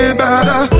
better